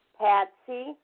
Patsy